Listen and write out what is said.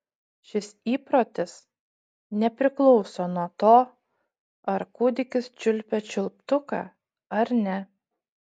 šis įprotis nepriklauso nuo to ar kūdikis čiulpia čiulptuką ar ne